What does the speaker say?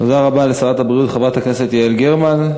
תודה רבה לשרת הבריאות, חברת הכנסת יעל גרמן.